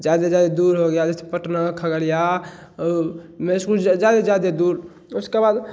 ज़्यादा से ज़्यादा दूर हो गया जैसे पटना खगड़िया मंसूर ज़्यादा से ज़्यादा दूर उसके बाद